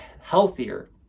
healthier